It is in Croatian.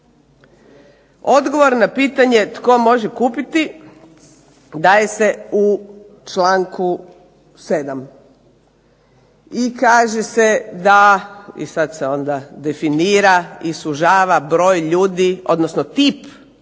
Odgovor na pitanje tko može kupiti daje se u članku 7. i kaže se da, i sad se onda definira i sužava broj ljudi odnosno tip kupca